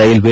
railway